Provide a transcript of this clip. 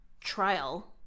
trial